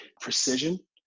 precision